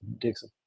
Dixon